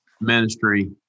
ministry